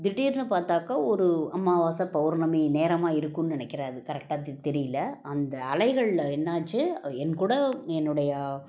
திடீர்ன்னு பார்த்தாக்க ஒரு அமாவாசை பௌர்ணமி நேரமாக இருக்குன்னு நினைக்கிறேன் அது கரெக்டாக தெ தெரியல அந்த அலைகளில் என்னாச்சு எங்ககூட என்னுடைய